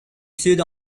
sud